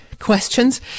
questions